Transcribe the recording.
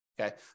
Okay